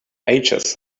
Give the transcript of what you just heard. ages